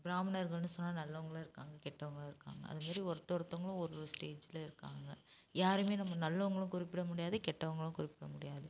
பிராமணர்கள்ன்னு சொன்னால் நல்லவங்களும் இருக்காங்க கெட்டவங்களும் இருக்காங்க அதுமாதிரி ஒருத்த ஒருத்தவங்களும் ஒரு ஸ்டேஜில் இருக்காங்க யாருமே நம்ம நல்லவங்களும் குறிப்பிட முடியாது கெட்டவங்களும் குறிப்பிட முடியாது